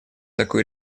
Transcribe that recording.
такую